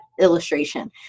illustration